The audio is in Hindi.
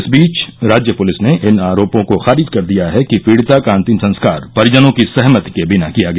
इस बीच राज्य पुलिस ने इन आरोपों को खारिज कर दिया है कि पीडिता का अंतिम संस्कार परिजनों की सहमति के बिना किया गया